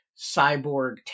cyborg